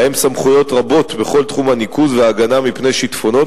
ולהן סמכויות רבות בכל תחום הניקוז וההגנה מפני שיטפונות,